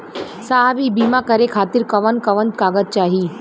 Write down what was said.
साहब इ बीमा करें खातिर कवन कवन कागज चाही?